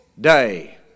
day